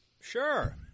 sure